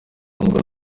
kundwa